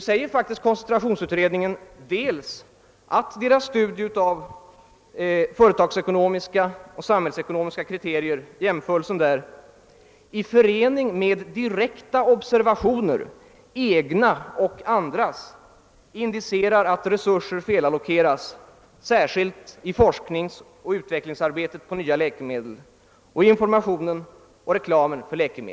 Men koncentrationsutredningen framhåller dels att dess studie av företagsekonomiska och samhällsekonomiska kriterier i förening med direkta observationer, egna och andras, indicerar att resurser felallokerats, särskilt i forskningsoch utvecklingsarbetet på nya läkemedel.